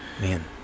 Man